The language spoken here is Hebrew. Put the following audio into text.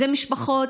אלה משפחות,